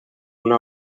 una